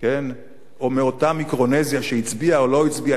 או מאותה מיקרונזיה שהצביעה או לא הצביעה,